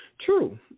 True